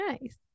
nice